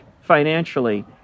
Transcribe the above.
financially